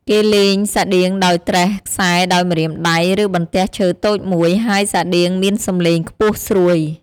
គេលេងសាដៀវដោយត្រេះខ្សែដោយម្រាមដៃ ឬបន្ទះឈើតូចមួយ ហើយសាដៀវមានសំឡេងខ្ពស់ស្រួយ។